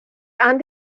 han